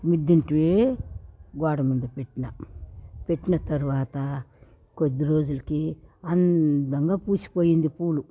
మిద్దిట్టి గోడ మీద పెట్నా పెట్నా తర్వాత కొద్దీ రోజులకి అందంగా పూసిపోయింది పూలు